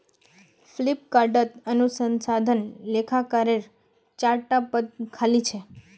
फ्लिपकार्टत अनुसंधान लेखाकारेर चार टा पद खाली छ